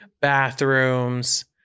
bathrooms